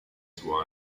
suo